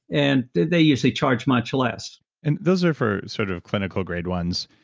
and they they usually charge much less and those are for sort of clinical grade ones.